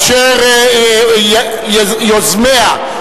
אשר יוזמיו,